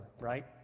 right